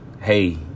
hey